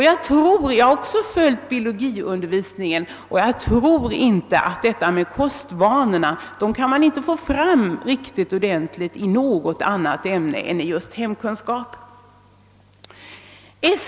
Jag har också följt biologiundervisningen, och jag tror att man inte kan få ett riktigt grepp på detta med kostvanorna annat än inom undervisningen i just ämnet hemkunskap.